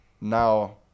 now